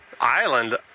Island